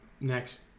next